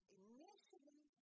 initially